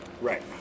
Right